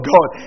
God